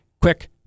quick